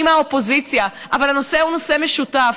אני מהאופוזיציה, אבל הנושא הוא נושא משותף.